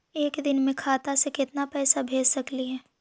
एक दिन में खाता से केतना पैसा भेज सकली हे?